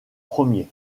premier